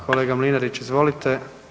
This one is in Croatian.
Kolega Mlinarić, izvolite.